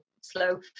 slow